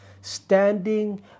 standing